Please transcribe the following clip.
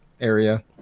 area